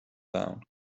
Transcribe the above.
down